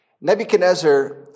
Nebuchadnezzar